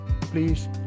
please